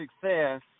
success